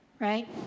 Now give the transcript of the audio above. right